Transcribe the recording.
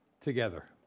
together